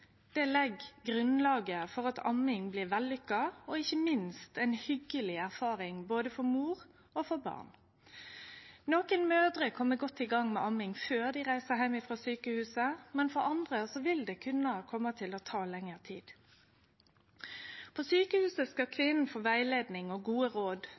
start legg grunnlaget for at amming blir vellykka, og ikkje minst ei hyggelig erfaring, både for mor og for barn. Nokre mødrer kjem godt i gang med amming før dei reiser heim frå sjukehuset, men for andre vil det kunne ta lengre tid. På sjukehuset skal kvinna få rettleiing og gode råd